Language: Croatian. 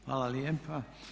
Hvala lijepa.